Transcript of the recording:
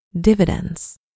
dividends